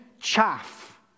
chaff